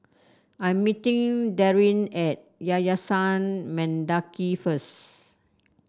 I'm meeting Darin at Yayasan Mendaki first